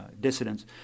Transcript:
dissidents